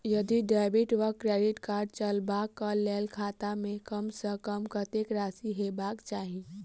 यदि डेबिट वा credit card चलबाक कऽ लेल खाता मे कम सऽ कम कत्तेक राशि हेबाक चाहि?